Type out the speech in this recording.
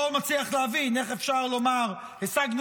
לא מצליח להבין איך אפשר לומר: השגנו